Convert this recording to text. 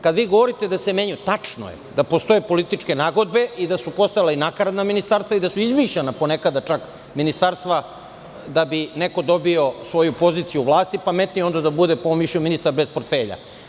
Kada vi govorite da se menjaju, tačno je da postoje političke nagodbe i da su postojala i nakaradna ministarstva i da su izmišljana ponekad ministarstva, da bi neko dobio svoju poziciju u vlasti, pa metni onda da bude ministar bez portfelja.